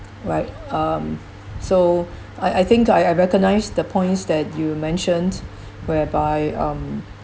right um so I I think I I recognise the points that you mentioned whereby um